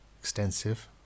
extensive